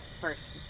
first